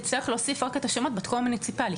היא תצטרך להוסיף רק את השמות בתחום המוניציפלי,